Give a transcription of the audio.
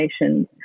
Nations